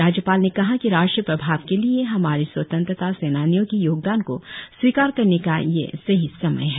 राज्यपाल ने कहा कि राष्ट्रीय प्रभाव के लिए हमारे स्वतंत्रता सैनानियों की योगदान को स्वीकार करने का यह सही समय है